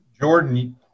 Jordan